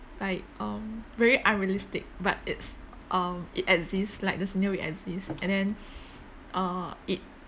like um very unrealistic but it's um it exists like the scenery exists and then uh it